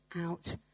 out